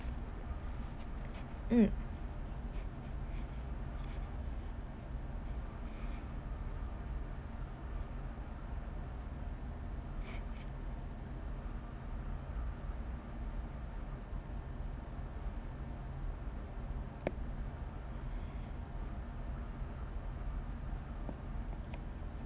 mm